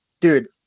dude